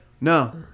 no